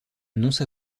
nonce